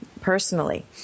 personally